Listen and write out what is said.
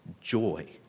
Joy